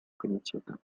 комитета